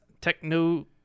techno